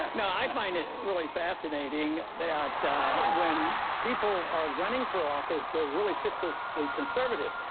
no. i find it really fascinating that, when people are running for office, they're really fiscally like conservative.